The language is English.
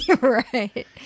Right